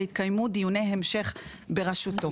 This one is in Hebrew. ויתקיימו דיוני המשך בראשותו.